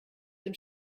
dem